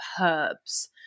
herbs